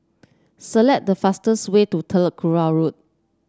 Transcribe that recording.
select the fastest way to Telok Kurau Road